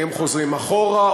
הם חוזרים אחורה,